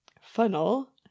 funnel